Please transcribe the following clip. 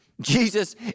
Jesus